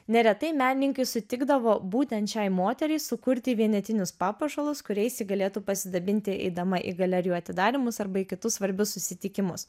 neretai menininkai sutikdavo būtent šiai moteriai sukurti vienetinius papuošalus kuriais ji galėtų pasidabinti eidama į galerijų atidarymus arba kitus svarbius susitikimus